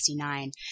1969